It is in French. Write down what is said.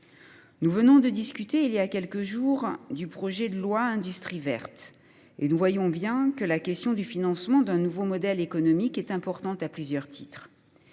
Nous venons de discuter voilà quelques jours du projet de loi relatif à l’industrie verte, et nous voyons bien que la question du financement d’un nouveau modèle économique est importante à plusieurs titres.